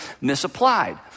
misapplied